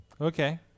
Okay